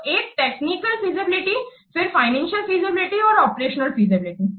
तो एक technical feasibility फिर फाइनेंसियल फीजिबिलिटी और ऑपरेशनल फीजिबिलिटी